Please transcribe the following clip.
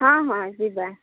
ହଁ ହଁ ଯିବା